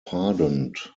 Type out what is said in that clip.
pardoned